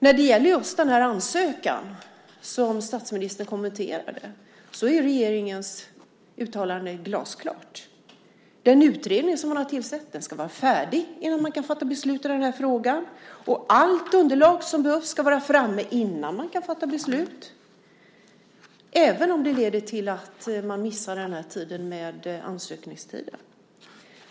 När det gäller just den här ansökan, som statsministern kommenterade, är regeringens uttalande glasklart. Den utredning som man har tillsatt ska vara färdig innan man kan fatta beslut i den här frågan, och allt underlag som behövs ska vara framme innan man kan fatta beslut - även om det leder till att man missar ansökningstiden.